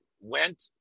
went